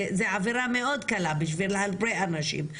זו עבירה מאוד קלה בשביל הרבה אנשים,